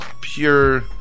pure